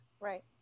Right